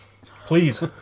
please